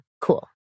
cool